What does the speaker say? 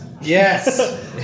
Yes